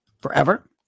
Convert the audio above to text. forever